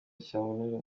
cyamunara